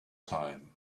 time